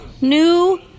new